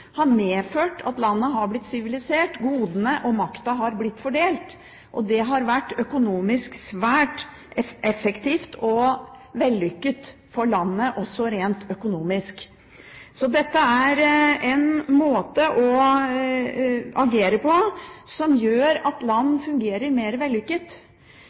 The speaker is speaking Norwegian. har medført at landet har blitt sivilisert, godene og makta har blitt fordelt, og det har vært svært effektivt og vellykket for landet også rent økonomisk. Så dette er en måte å agere på som gjør at land fungerer mer vellykket.